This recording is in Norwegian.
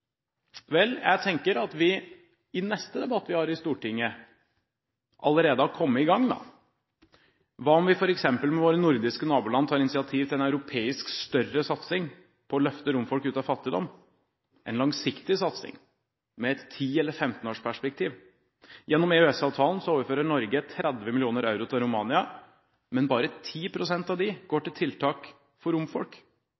Vel, jeg tenker at vi i neste debatt vi har i Stortinget, allerede har kommet i gang. Hva om vi, f.eks. med våre nordiske naboland, tar initiativ til en større europeisk satsing på å løfte romfolk ut av fattigdom – en langsiktig satsing i et ti- eller femtenårsperspektiv? Gjennom EØS-avtalen overfører Norge 30 mill. euro til Romania, men bare 10 pst. av